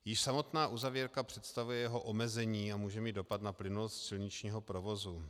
Již samotná uzavírka představuje jeho omezení a může mít dopad na plynulost silničního provozu.